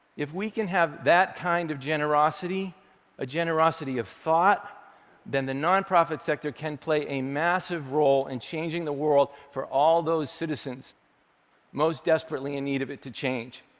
if we can have that kind of generosity a generosity of thought then the non-profit sector can play a massive role in and changing the world for all those citizens most desperately in need of it to change.